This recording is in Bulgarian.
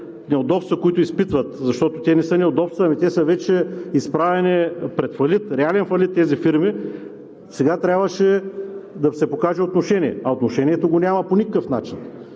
неудобства, които изпитват, защото те не са неудобства, ами те вече са изправени пред фалит, реален фалит тези фирми, сега трябваше да се покаже отношение, а отношението го няма по никакъв начин.